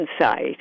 insight